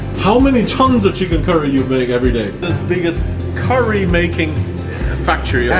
how many tonnes of chicken curry you make every day? the biggest curry making factory. yeah,